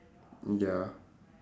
ya